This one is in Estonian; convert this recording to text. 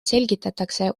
selgitatakse